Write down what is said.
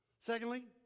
Secondly